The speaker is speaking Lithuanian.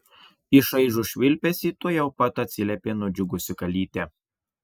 į šaižų švilpesį tuojau pat atsiliepė nudžiugusi kalytė